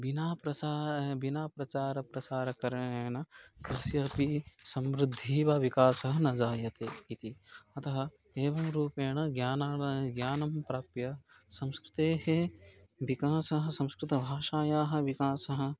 विना प्रसारं विना प्रचारं प्रसारकरणेन कस्यापि समृद्धिः वा विकासः न जायते इति अतः एवं रूपेण ज्ञानं वा ज्ञानं प्राप्य संस्कृतेः विकासः संस्कृतभाषायाः विकासः